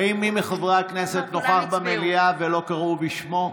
האם מי מחברי הכנסת נוכח במליאה ולא קראו בשמו?